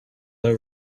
low